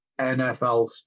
NFL